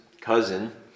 cousin